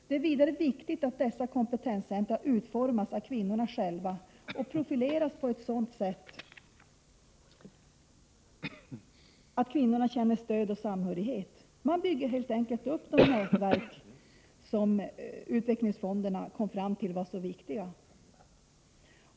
Det är vidare viktigt att dessa kompetenscentra utformas av kvinnorna själva och profileras på ett sådant sätt att kvinnorna känner stöd och samhörighet. Man bygger helt enkelt upp de nätverk som de fem utvecklingsfonderna i projektverksamheten kom fram till var så viktiga.